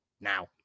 Now